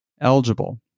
eligible